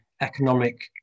economic